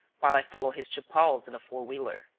while i follow his two pals in a four-wheeler.